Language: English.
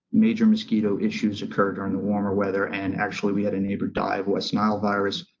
major mosquito issues occur during the warmer weather and actually we had a neighbor die of west nile virus,